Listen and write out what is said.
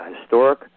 historic